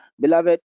beloved